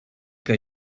que